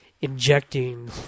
injecting